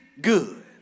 good